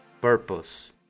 Purpose